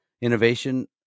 innovation